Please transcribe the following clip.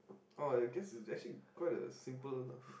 oh I guess it's actually a quite a simple